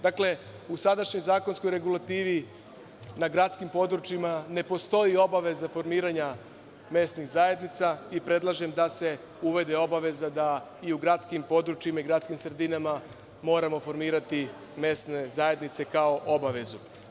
Dakle, u sadašnjoj zakonskoj regulativi na gradskim područjima ne postoji obaveza formiranja mesnih zajednica i predlažem da se uvede obaveza da i u gradskim područjima i gradskim sredinama moramo formirati mesne zajednice kao obavezu.